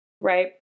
right